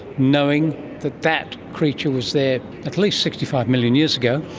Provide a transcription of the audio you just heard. knowing that that creature was there at least sixty five million years ago.